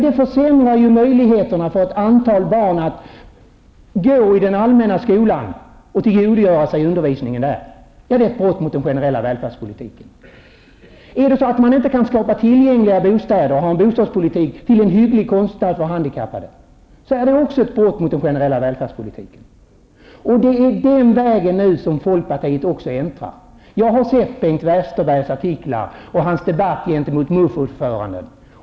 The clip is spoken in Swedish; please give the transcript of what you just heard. Det försämrar ju möjligheterna för ett antal barn att gå i den allmänna skolan och tillgodogöra sig undervisningen där. Det är ett brott mot den generella välfärdspolitiken. Om man inte kan skapa bostäder till en hygglig kostnad som är tillgängliga för handikappade är det också ett brott mot den generella välfärdspolitiken. Det är den vägen som även folkpartiet nu äntrar. Jag har sett Bengt Westerbergs artiklar och hört hans debatt med MUF-ordföranden.